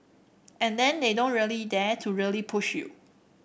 and then they don't really dare to really push you